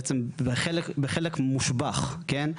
בעצם בחלק מושבח, כן?